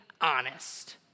honest